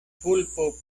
vulpo